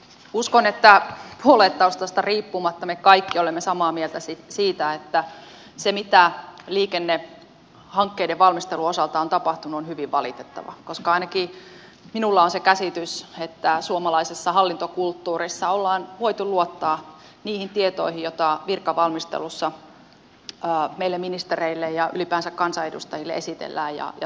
uskon että puoluetaustasta riippumatta me kaikki olemme samaa mieltä siitä että se mitä liikennehankkeiden valmistelun osalta on tapahtunut on hyvin valitettavaa koska ainakin minulla on se käsitys että suomalaisessa hallintokulttuurissa on voitu luottaa niihin tietoihin joita virkavalmistelussa meille ministereille ja ylipäänsä kansanedustajille esitellään ja tuotetaan